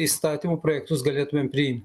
įstatymų projektus galėtumėm priimt